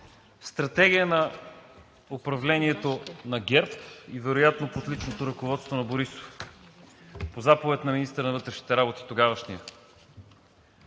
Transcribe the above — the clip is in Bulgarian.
стратегия на управлението на ГЕРБ и вероятно под личното ръководство на Борисов, по заповед на тогавашния министър на вътрешните работи.